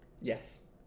Yes